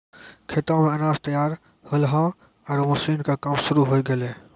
खेतो मॅ अनाज तैयार होल्हों आरो मशीन के काम शुरू होय गेलै